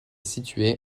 située